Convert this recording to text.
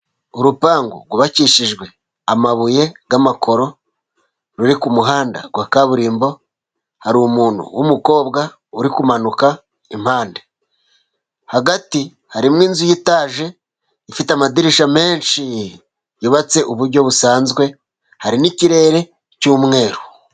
Urupangu rwubakishijwe amabuye y'amakoro ruri ku muhanda wa kaburimbo, hari umuntu w'umukobwa uri kumanuka impande. Hagati harimo inzu ya etaje ifite amadirishya menshi yubatse uburyo busanzwe, hari n'ikirere cy'umweru.